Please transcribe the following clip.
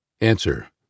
Answer